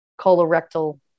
colorectal